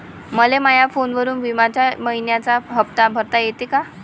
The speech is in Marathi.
मले माया फोनवरून बिम्याचा मइन्याचा हप्ता भरता येते का?